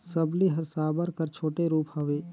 सबली हर साबर कर छोटे रूप हवे